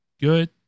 good